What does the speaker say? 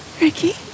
Ricky